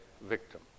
victim